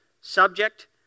subject